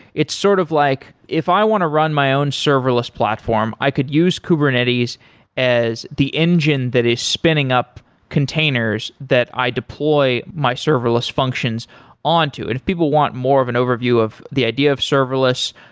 it's sort of like if i want to run my own serverless platform, i could use kubernetes as the engine that is spinning up containers that i deploy my service functions onto it. if people want more of an overview of the idea of serverless,